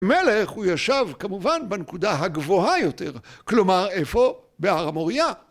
מלך הוא ישב כמובן בנקודה הגבוהה יותר, כלומר, איפה? בהר המוריה.